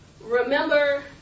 Remember